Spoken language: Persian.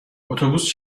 اتوبوس